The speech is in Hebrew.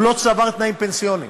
הוא לא צבר תנאים פנסיוניים,